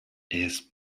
his